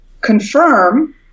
confirm